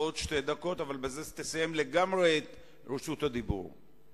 אבל בזה תסיים לגמרי את רשות הדיבור.